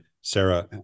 Sarah